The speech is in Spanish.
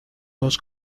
dos